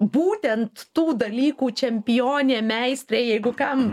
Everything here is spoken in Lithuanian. būtent tų dalykų čempionė meistrė jeigu kam